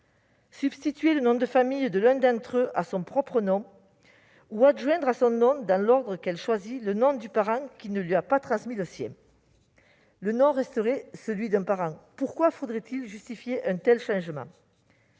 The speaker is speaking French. substituer le nom de famille de l'un d'entre eux à son propre nom ; adjoindre à son nom, dans l'ordre que l'on choisit, le nom du parent qui ne l'a pas transmis. S'agissant du nom d'un parent, pourquoi faudrait-il justifier un tel changement ?